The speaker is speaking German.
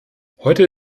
heute